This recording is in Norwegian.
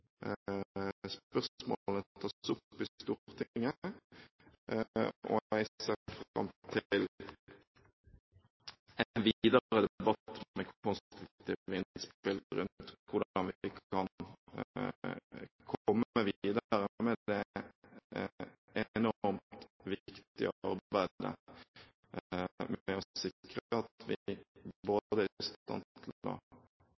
spørsmålet tas opp i Stortinget, og jeg ser fram til en videre debatt med konstruktive innspill rundt hvordan vi kan komme videre med det enormt viktige arbeidet med å sikre at vi både